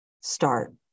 start